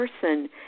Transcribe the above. person